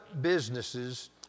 businesses